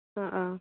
ꯑꯥ ꯑꯥ